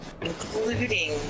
including